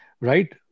right